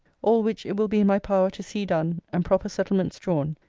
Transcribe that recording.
all which it will be in my power to see done, and proper settlements drawn,